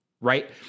Right